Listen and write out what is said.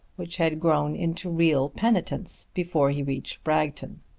which had grown into real penitence before he reached bragton.